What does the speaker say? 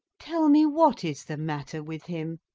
tell me, what is the matter with him?